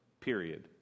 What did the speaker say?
period